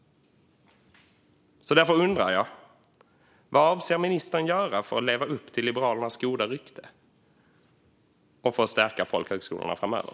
Därför undrar jag: Vad avser ministern att göra för att leva upp till Liberalernas goda rykte och för att stärka folkhögskolorna framöver?